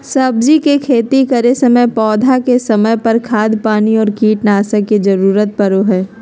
सब्जी के खेती करै समय पौधा के समय पर, खाद पानी और कीटनाशक के जरूरत परो हइ